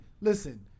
listen